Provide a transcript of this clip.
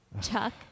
Chuck